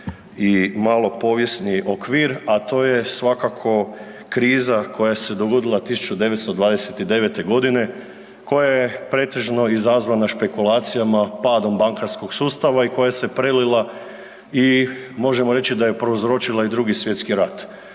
i malo povijesni okvir, a to je svakako kriza koja se dogodila 1929. godine koja je pretežno izazvana špekulacijama padom bankarskog sustava i koja se prelila i možemo reći da je prouzročila i II. Svjetski rat.